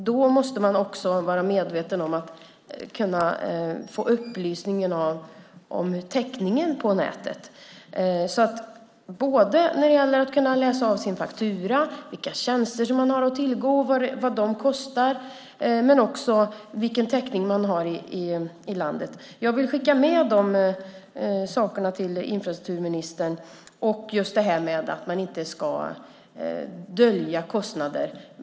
Då måste de också kunna få upplysning om täckningen på nätet. Det handlar alltså både om att man ska kunna läsa av sin faktura, vilka tjänster som man har att tillgå och vad de kostar och om att man ska veta vilken täckning det är i landet. Jag vill skicka med de sakerna till infrastrukturministern och just det här att man inte ska dölja kostnader.